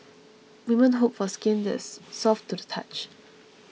women hope for skin that is soft to the touch